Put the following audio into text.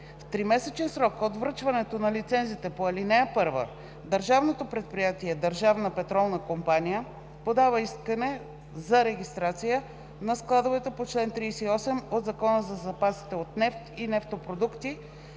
В тримесечен срок от връчването на лицензите по ал. 1, Държавното предприятие „Държавна петролна компания“ подава искане за регистрация на складове по чл. 38 от Закона за запасите от нефт и нефтопродукти.